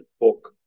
book